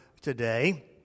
today